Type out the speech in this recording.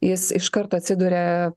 jis iš karto atsiduria